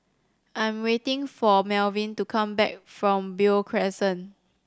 I'm waiting for Melvin to come back from Beo Crescent